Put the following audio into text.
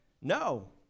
No